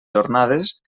jornades